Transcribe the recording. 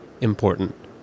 important